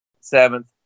Seventh